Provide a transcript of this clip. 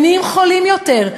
הם נהיים חולים יותר,